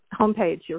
homepage